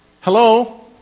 hello